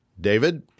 David